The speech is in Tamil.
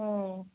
ம்